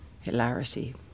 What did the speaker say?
hilarity